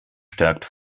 stärkt